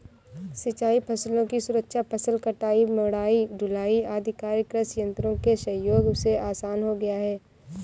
सिंचाई फसलों की सुरक्षा, फसल कटाई, मढ़ाई, ढुलाई आदि कार्य कृषि यन्त्रों के सहयोग से आसान हो गया है